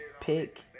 pick